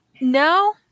No